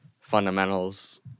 fundamentals